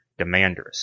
demanders